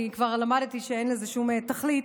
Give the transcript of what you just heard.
כי כבר למדתי שאין לזה שום תכלית.